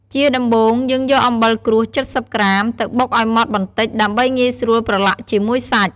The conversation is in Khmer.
ជាដំំបូង យើងយកអំបិលក្រួស ៧០ក្រាម ទៅបុកឱ្យម៉ដ្ដបន្តិច ដើម្បីងាយស្រួលប្រឡាក់ជាមួយសាច់។